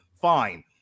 Fine